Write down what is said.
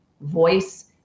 voice